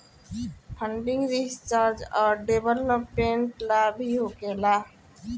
funding research औरी development ला भी होखेला